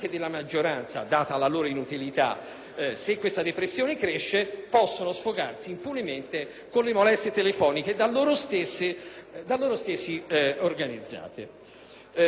inutilità) dovesse crescere, possono sfogarsi impunemente con le molestie telefoniche, da loro stessi organizzate.